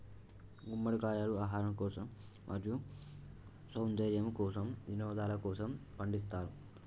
గుమ్మడికాయలు ఆహారం కోసం, మరియు సౌందర్యము కోసం, వినోదలకోసము పండిస్తారు